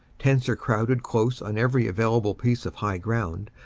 tents are crowded close on every available piece of high ground,